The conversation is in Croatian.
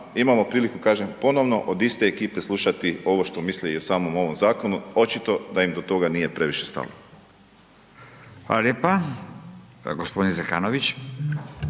imamo priliku, kažem, ponovno od iste ekipe slušati ovo što misle i o samom ovom Zakonu, očito da im do toga nije previše stalo. **Radin, Furio